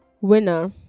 Winner